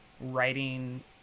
writing